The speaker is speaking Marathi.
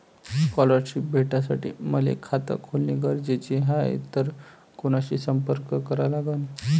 स्कॉलरशिप भेटासाठी मले खात खोलने गरजेचे हाय तर कुणाशी संपर्क करा लागन?